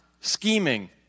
scheming